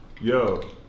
Yo